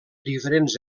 diferents